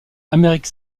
amérique